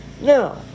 No